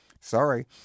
Sorry